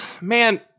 man